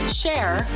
share